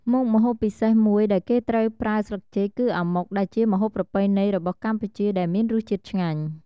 មុខម្ហូបពិសេសមួយដែលគេត្រូវប្រើស្លឹកចេក គឺអាម៉ុក ដែលជាម្ហូបប្រពៃណីរបស់កម្ពុជាដែលមានរសជាតិឆ្ងាញ់ ។